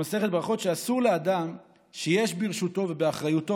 במסכת ברכות שאסור לאדם שיש ברשותו ובאחריותו